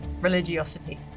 religiosity